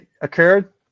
occurred